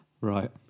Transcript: Right